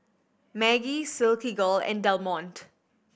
Maggi Silkygirl and Del Monte